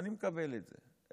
אני מקבל את זה.